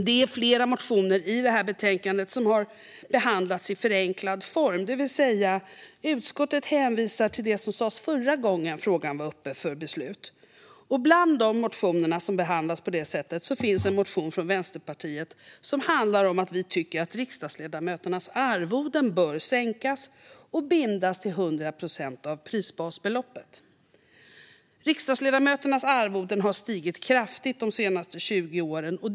Det är flera motioner i betänkandet som har behandlats i förenklad form. Utskottet hänvisar till det som sas förra gången frågan var uppe för beslut. Bland de motioner som behandlas på det sättet finns en motion från Vänsterpartiet som handlar om att vi tycker att riksdagsledamöternas arvoden bör sänkas och bindas till 100 procent av prisbasbeloppet. Riksdagsledamöternas arvoden har stigit kraftigt de senaste 20 åren.